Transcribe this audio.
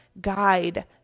guide